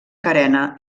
carena